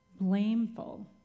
blameful